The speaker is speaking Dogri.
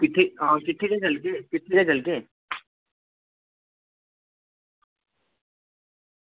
आं किट्ठे गै किट्ठे गै चलगे